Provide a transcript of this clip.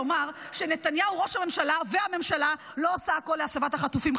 לומר שנתניהו ראש הממשלה והממשלה לא עושים הכול להשבת החטופים.